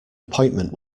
appointment